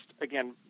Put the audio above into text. again